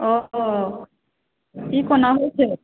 ओ ई केना होइ छै